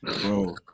Bro